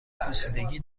پوسیدگی